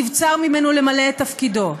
נבצר ממנו למלא את תפקידו.